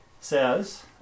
says